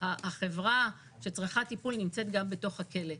החברה שצריכה טיפול נמצאת גם בתוך הכלא.